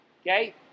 Okay